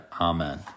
Amen